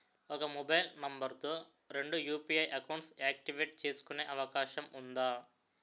ఒక mobile number తో రెండు యు.పి.ఐ అకౌంట్స్ యాక్టివేట్ చేసుకునే అవకాశం వుందా?